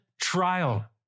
trial